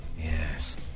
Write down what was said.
Yes